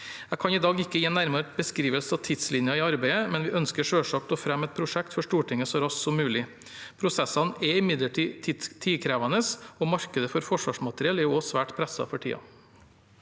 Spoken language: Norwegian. Jeg kan i dag ikke gi noen nærmere beskrivelse av tidslinjen i arbeidet, men vi ønsker selvsagt å fremme et prosjekt for Stortinget så raskt som mulig. Prosessene er imidlertid tidkrevende, og markedet for forsvarsmateriell er også svært presset for tiden.